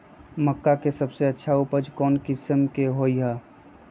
मक्का के सबसे अच्छा उपज कौन किस्म के होअ ह?